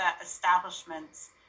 establishments